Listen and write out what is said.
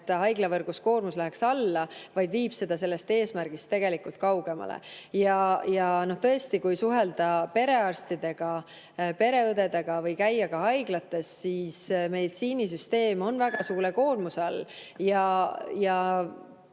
et haiglavõrgu koormus läheks alla, vaid viib meid sellest eesmärgist kaugemale. Tõesti, kui suhelda perearstidega, pereõdedega või käia haiglates, siis [näeme, et] meditsiinisüsteem on väga suure koormuse all.